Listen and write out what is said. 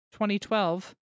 2012